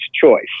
choice